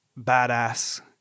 badass